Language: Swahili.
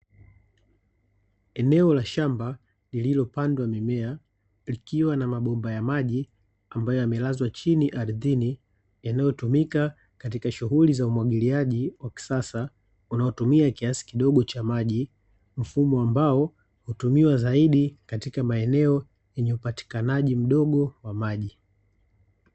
Eneo la shamba lililopandwa mimea, yakiwa na mabomba ya maji ambayo yamelazwa chini ardhini yanayotumika katika shughuli za umwagiliaji wa kisasa unaotumia kiasi kidogo cha maji, mfumo ambao hutumiwa zaidi katika maeneo yenye upatikanaji mdogo wa maji.